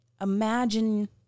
Imagine